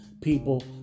people